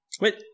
Wait